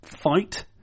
fight